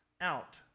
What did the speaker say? out